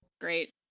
Great